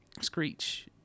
Screech